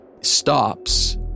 stops